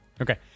Okay